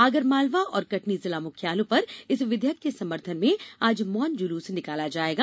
आगरमालवा और कटनी जिला मुख्यालय पर इस विधेयक के समर्थन में आज मौन जुलूस निकाला जायेगा